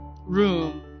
room